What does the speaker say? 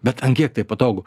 bet ant kiek tai patogu